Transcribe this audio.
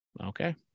Okay